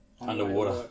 Underwater